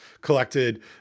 collected